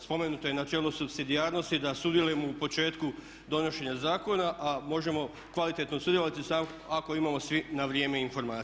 Spomenuto je načelo supsidijarnosti da sudjelujemo u početku donošenja zakona, a možemo kvalitetno sudjelovati samo ako imamo svi na vrijeme informacije.